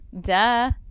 Duh